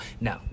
No